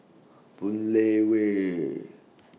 Boon Lay Way